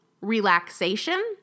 relaxation